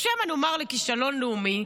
או שמא נאמר לכישלון לאומי,